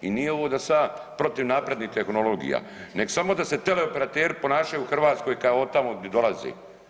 I nije ovo da sam ja protiv naprednih tehnologija nego samo da se teleoperateri ponašaju u Hrvatskoj kao otamo gdi dolaze.